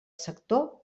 sector